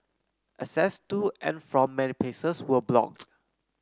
access to and from many places were blocked